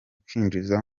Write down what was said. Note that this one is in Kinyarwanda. kwinjizwa